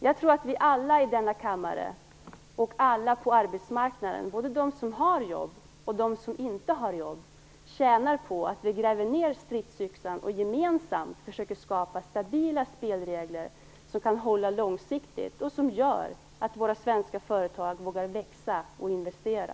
Jag tror att vi alla i denna kammare liksom alla på arbetsmarknaden, både de som har jobb och de som inte har jobb, tjänar på att vi gräver ned stridyxan och gemensamt försöker skapa stabila spelregler som kan hålla långsiktigt och som gör att våra svenska företag vågar växa och investera.